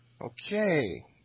Okay